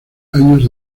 años